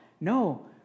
No